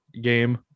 game